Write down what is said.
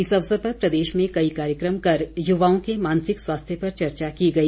इस अवसर पर प्रदेश में कई कार्यक्रम कर युवाओं के मानसिक स्वास्थ्य पर चर्चा की गई